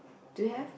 do you have